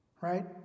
right